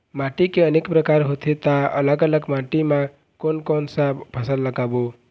माटी के अनेक प्रकार होथे ता अलग अलग माटी मा कोन कौन सा फसल लगाबो?